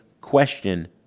question